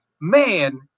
man